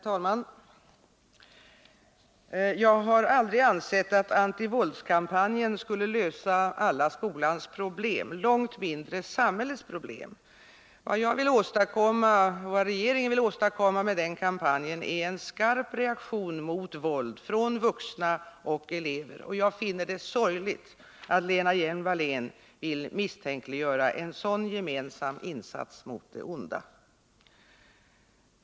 Herr talman! Jag har aldrig ansett att antivåldskampanjen skulle lösa alla skolans problem — långt mindre samhällets problem. Vad jag och regeringen vill åstadkomma med den kampanjen är en skarp reaktion mot våld från vuxna och elever. Jag tycker att det är sorgligt att Lena Hjelm-Wallén vill misstänkliggöra en sådan gemensam insats mot det onda.